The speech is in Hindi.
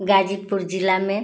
गाजीपुर ज़िला में